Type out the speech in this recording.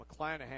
McClanahan